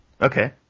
Okay